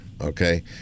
Okay